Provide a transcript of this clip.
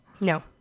No